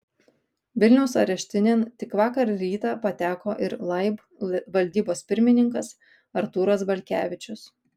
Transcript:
vilniaus areštinėn tik vakar rytą pateko ir laib valdybos pirmininkas artūras balkevičius